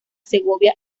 segovia